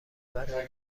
برای